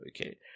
Okay